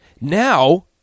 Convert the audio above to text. Now